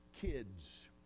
kids